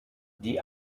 die